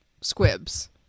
squibs